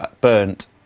Burnt